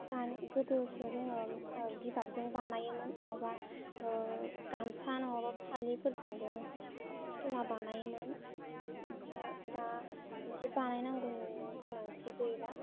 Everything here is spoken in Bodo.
दानि गोदोसो जोङो जिगाबजों बानायोमोन नङाबा गामसा नङाबा फालिफोरजोंबो फुथुला बानायोमोन ओमफ्राय दा बिदि बानायनांगौनि गोनांथि गैला